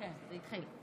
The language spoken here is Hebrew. כן, זה התחיל.